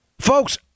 Folks